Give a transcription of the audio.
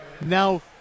now